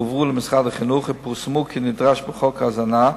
הובאו למשרד החינוך ופורסמו כנדרש בחוק ההזנה.